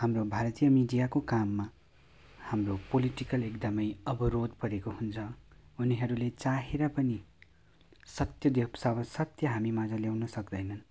हाम्रो भारतीय मिडियाको काममा हाम्रो पोलिटिकल एकदमै अवरोध परेको हुन्छ उनीहरूले चाहेर पनि सत्य सत्य हामीमाझ ल्याउनु सक्दैनन्